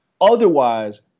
Otherwise